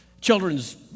children's